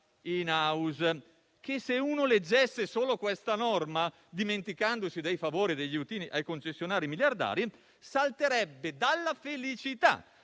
*in house*. Se uno leggesse solo questa norma, dimenticandosi dei favori e degli "aiutini" ai concessionari miliardari, salterebbe dalla felicità,